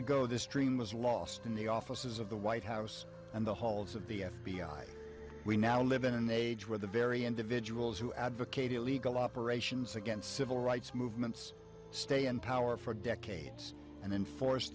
ago this dream was lost in the offices of the white house and the halls of the f b i we now live in an age where the very individuals who advocate illegal operations against civil rights movements stay in power for decades and then force